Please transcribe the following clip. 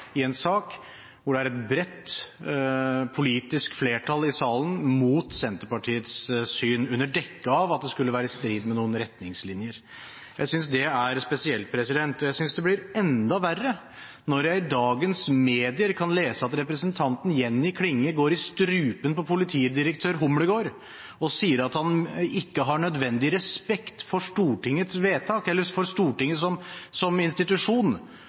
i en sak der det er et bredt politisk flertall i salen mot Senterpartiets syn, under dekke av at det skulle være i strid med noen retningslinjer. Jeg synes det er spesielt, og jeg synes det blir enda verre når jeg i dagens medier kan lese at representanten Jenny Klinge går i strupen på politidirektør Humlegård og sier at han ikke har nødvendig respekt for Stortinget som institusjon